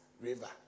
river